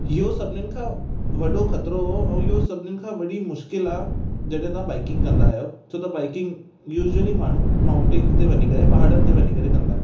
इहो सभिनीनि खां वॾो ख़तरो ऐं इहो सभिनीनि खां वॾी मुश्किल आहे जॾहिं तव्हां बाइकिंग कंदा आहियो छो त बाइकिंग यूज़िली माण्हूं माउनटेन ते वञी करे पहाड़नि ते वञी करे कंदा आहिनि